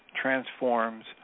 transforms